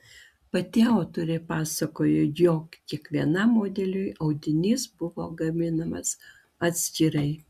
pati autorė pasakojo jog kiekvienam modeliui audinys buvo gaminamas atskirai